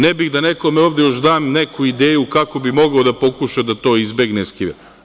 Ne bih da nekome ovde još dam neku ideju kako bi mogao da pokuša da to izbegne i eskivira.